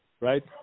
right